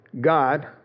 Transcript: God